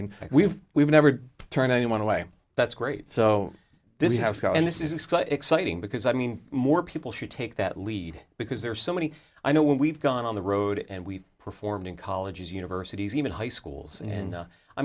and we've we've never turned anyone away that's great so this house and this is exciting because i mean more people should take that lead because there are so many i know when we've gone on the road and we've performed in colleges universities even high schools and